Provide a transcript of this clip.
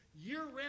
year-round